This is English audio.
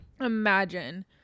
Imagine